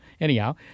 anyhow